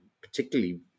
particularly